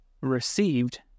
received